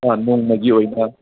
ꯑꯥ ꯅꯣꯡꯃꯒꯤ ꯑꯣꯏꯅ